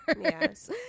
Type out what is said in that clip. yes